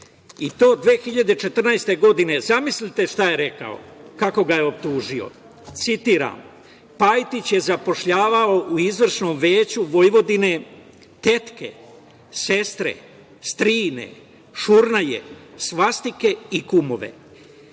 i to 2014. godine. Zamislite, šta je rekao, kako ga je optužio? Citiram – Pajtić je zapošljavao u Izvršnom veću Vojvodine, tetke, sestre, strine, šurnjaje, svastike i kumove.